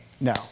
No